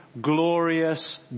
glorious